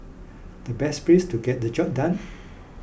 the best place to get the job done